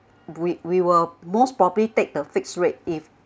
we we will most probably take the fixed rate if